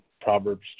Proverbs